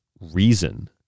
reason